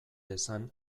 dezan